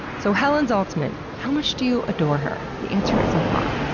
so, helen zaltzman, how much do you adore her? the answer is a lot.